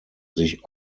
sich